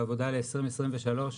בעבודה ל-2023,